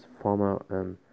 former